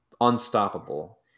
unstoppable